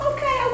Okay